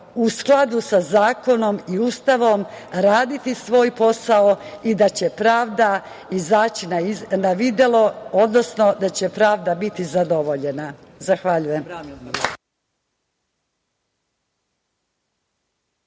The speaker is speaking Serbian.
u skladu sa zakonom i Ustavom raditi svoj posao i da će pravda izaći na videlo, odnosno da će pravda biti zadovoljena. Zahvaljujem.